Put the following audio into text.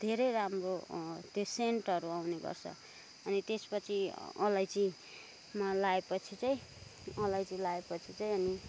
धेरै राम्रो त्यो सेन्टहरू आउने गर्छ अनि त्यसपछि अलैँचीमा लाएपछि चाहिँ अलैँची लाएपछि चाहिँ अनि